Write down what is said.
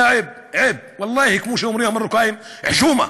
יא עב, ואללה-הי, כמו שאומרים המרוקאים: חְשוּמה.